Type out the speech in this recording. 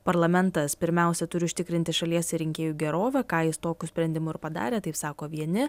parlamentas pirmiausia turi užtikrinti šalies rinkėjų gerovę ką jis tokiu sprendimu ir padarė taip sako vieni